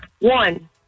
One